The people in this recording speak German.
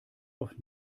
auf